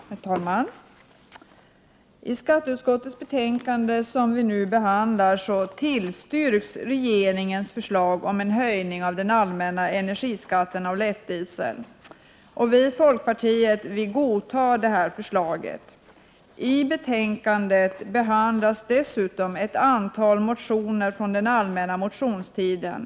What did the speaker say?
Herr talman! I skatteutskottets betänkande som vi nu behandlar tillstyrks regeringens förslag om en höjning av den allmänna energiskatten på lättdiesel. Vi i folkpartiet godtar detta förslag. I betänkandet behandlas dessutom ett antal motioner från den allmänna motionstiden.